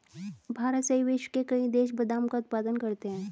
भारत सहित विश्व के कई देश बादाम का उत्पादन करते हैं